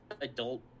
adult